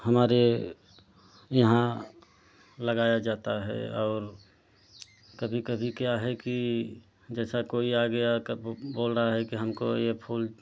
हमारे यहाँ लगाया जाता है और कभी कभी क्या है कि जैसा कोई आ गया कब बोल रहा है कि हमको यह फूल